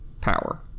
Power